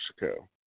Mexico